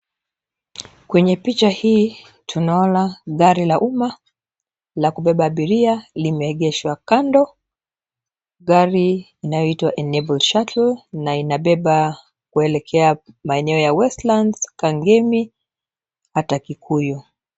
Kwenye picha hii tunaona gari la umma la kubeba abiria limeegeshwa kando, gari inayoitwa enable shuttle na inabeba kuelekea maeneo ya westlands, kangemi hata kikuyu.